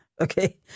Okay